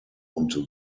und